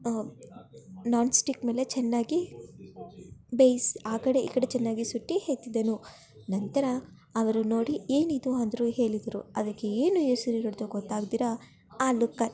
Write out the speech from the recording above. nonstick ಮೇಲೆ ಚೆನ್ನಾಗಿ ಬೇಯಿಸಿ ಆ ಕಡೆ ಈ ಕಡೆ ಚೆನ್ನಾಗಿ ಸುಟ್ಟು ಎತ್ತಿದೆನು ನಂತರ ಅವರು ನೋಡಿ ಏನಿದು ಅಂದರು ಹೇಳಿದರು ಅದಕ್ಕೆ ಏನು ಹೆಸರಿಡೋದು ಗೊತ್ತಾಗ್ದಿರ ಆಲೂ ಕಟ್